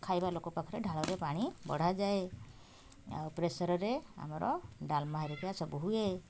ଖାଇବା ଲୋକ ପାଖରେ ଢାଳରେ ପାଣି ବଢ଼ାଯାଏ ଆଉ ପ୍ରେସର୍ରେ ଆମର ଡାଲମା ହେରିକା ସବୁ ହୁଏ